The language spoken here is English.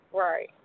right